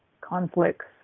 conflicts